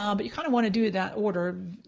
um but you kind of want to do that order,